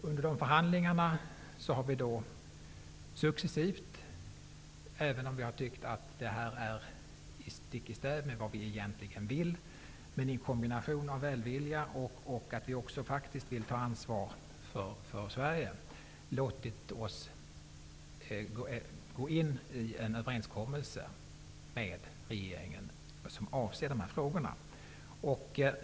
Under dessa förhandlingar har vi successivt -- även om vi i Ny demokrati tyckt att det gick stick i stäv med vad vi egentligen vill -- i kombination med välvilja, och därför att vi faktiskt vill ta ansvar Sverige, låtit oss gå in i en överenskommelse med regeringen som avser dessa frågor.